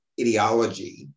ideology